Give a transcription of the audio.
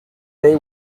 they